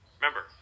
Remember